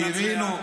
שננצח,